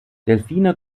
delfine